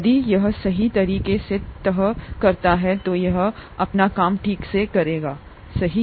यदि यह सही तरीके से तह करता है तो यह अपना काम ठीक से करेगा सही